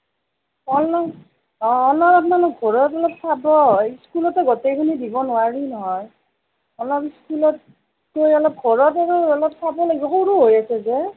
অলপ অলপ আপোনালোকে ঘৰত অলপ চাব স্কুলততো গোটেইখিনি দিব নোৱাৰি নহয় অলপ স্কুলতকৈ অলপ ঘৰত আহি অলপ চাব লাগিব সৰু হৈ আছে যে